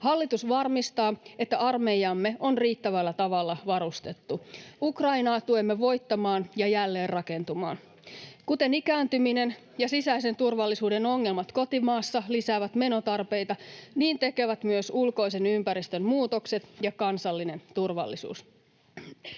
Hallitus varmistaa, että armeijamme on riittävällä tavalla varustettu. Ukrainaa tuemme voittamaan ja jälleenrakentumaan. Kuten ikääntyminen ja sisäisen turvallisuuden ongelmat kotimaassa lisäävät menotarpeita, niin tekevät myös ulkoisen ympäristön muutokset ja kansallinen turvallisuus.